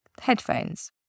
headphones